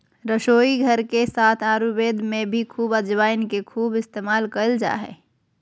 रसोईघर के साथ आयुर्वेद में भी अजवाइन के खूब इस्तेमाल कइल जा हइ